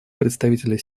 представителя